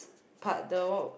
part the what~